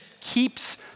keeps